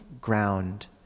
ground